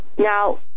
Now